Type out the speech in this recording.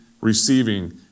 receiving